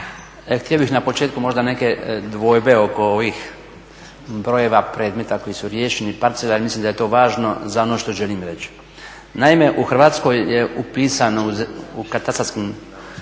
Htio bih na početku možda neke dvojbe oko ovih brojeva predmeta koji su riješeni, parcela, jer mislim da je to važno za ono što želim reći. Naime, u Hrvatskoj je upisano u katastarskim